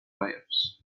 wales